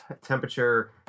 temperature